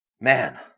man